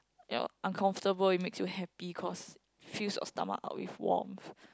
you're uncomfortable it makes you happy cause it fills your stomach up with warmth